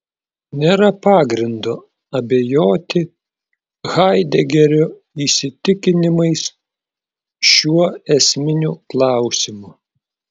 nėra pagrindo abejoti haidegerio įsitikinimais šiuo esminiu klausimu